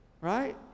Right